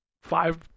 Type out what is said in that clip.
five